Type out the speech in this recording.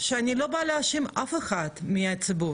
שאני לא באה להאשים אף אחד מהציבור,